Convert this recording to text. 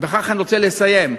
ובכך אני רוצה לסיים,